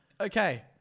Okay